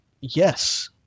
Yes